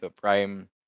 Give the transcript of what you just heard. prime